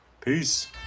peace